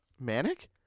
Manic